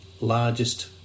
largest